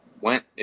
went